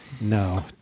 no